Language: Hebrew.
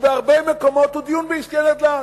ובהרבה מקומות הוא דיון בעסקי נדל"ן.